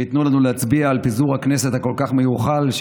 וייתנו לנו להצביע על פיזור הכנסת המיוחל כל כך,